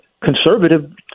conservative